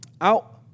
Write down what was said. out